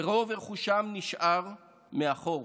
ורוב רכושם נשאר מאחור,